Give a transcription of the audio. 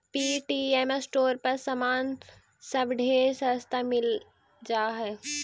Paytm store पर समान सब ढेर सस्ता मिल जा हई